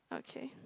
okay